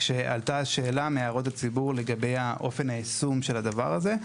עלתה שאלה מהערות הציבור לגבי אופן היישום של הדבר הזה.